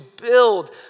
build